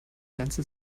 ganze